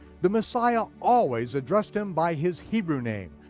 the messiah always addressed him by his hebrew name,